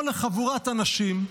או לחבורת אנשים,